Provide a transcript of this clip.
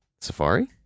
Safari